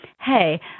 hey